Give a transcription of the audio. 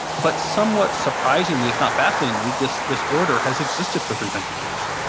but, somewhat surprisingly if not bafflingly, this this order has existed for three hundred years.